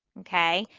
okay?